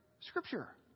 scripture